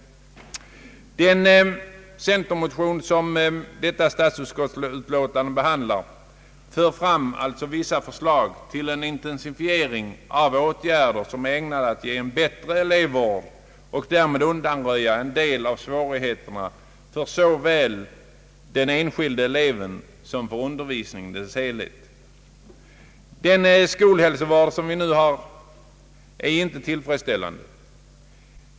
Den centermotion som statsutskottets utlåtande behandlar för fram vissa förslag till en intensifiering av åtgärder som är ägnade att ge en bättre elevvård och därmed undanröja en del av svårigheterna för såväl den enskilde eleven som för undervisningen i dess helhet. Den skolhälsovård som vi nu har är inte tillfredsställande.